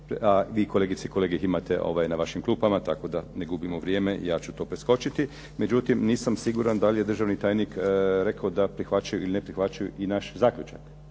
A vi kolegice i kolege ih imate na vašim klupama tako da ne gubimo vrijeme. Ja ću to preskočiti. Međutim, nisam siguran da li je državni tajnik rekao da prihvaćaju ili ne prihvaćaju naš zaključak.